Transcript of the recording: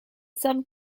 some